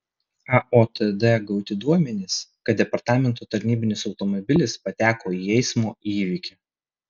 aotd gauti duomenys kad departamento tarnybinis automobilis pateko į eismo įvykį